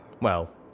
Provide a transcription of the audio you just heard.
Well